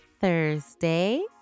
Thursday